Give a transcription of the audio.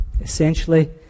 essentially